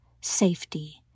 safety